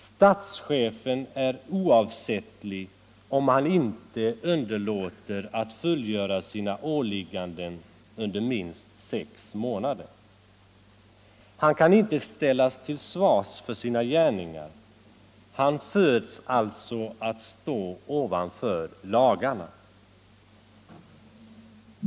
Statschefen är oavsättlig om han inte underlåter att fullgöra sina åligganden under minst sex månader. Han kan inte ställas till svars för sina gärningar. Han föds alltså att stå ovanför lagarna.